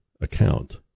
account